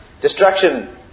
destruction